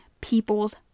people's